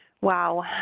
Wow